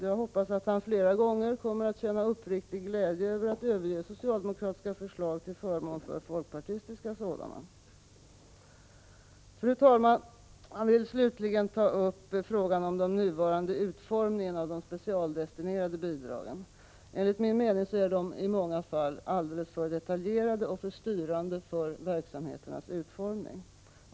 Jag hoppas att han flera gånger kommer att känna uppriktig glädje över att överge socialdemokratiska förslag till förmån för folkpartistiska. Fru talman! Jag vill slutligen ta upp frågan om den nuvarande utformningen av de specialdestinerade bidragen. Enligt min mening är de i många fall alldeles för detaljerade och för styrande för verksamheternas utformning.